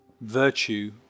virtue